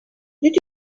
did